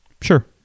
Sure